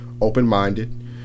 open-minded